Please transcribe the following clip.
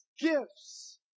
gifts